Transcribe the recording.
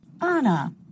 Anna